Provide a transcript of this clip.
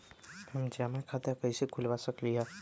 हम जमा खाता कइसे खुलवा सकली ह?